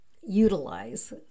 utilize